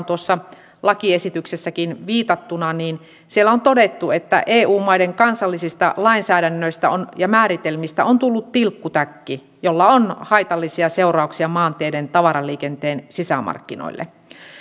tuossa lakiesityksessäkin viitataan on todettu että eu maiden kansallisista lainsäädännöistä ja määritelmistä on tullut tilkkutäkki millä on haitallisia seurauksia maanteiden tavaraliikenteen sisämarkkinoille